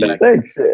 Thanks